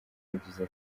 yagize